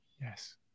Yes